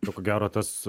ir ko gero tas